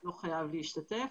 לא חייב להשתתף.